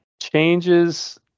changes